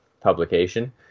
publication